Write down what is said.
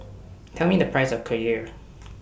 Tell Me The Price of Kheer